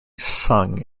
sung